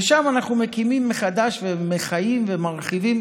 ושם אנחנו מקימים מחדש ומחיים ומרחיבים